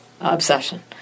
obsession